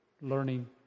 Learning